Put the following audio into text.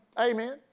Amen